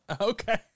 Okay